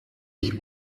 ich